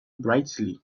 brightly